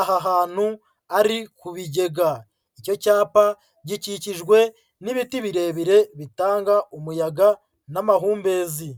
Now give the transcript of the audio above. aha hantu ari ku Bigega. Icyo cyapa gikikijwe n'ibiti birebire bitanga umuyaga n'amahumbezi.